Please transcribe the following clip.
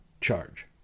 charge